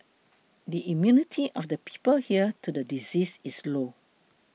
the immunity of the people here to the disease is low